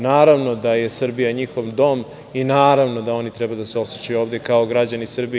Naravno da je Srbija njihov dom i naravno da oni treba da se osećaju ovde kao građani Srbije.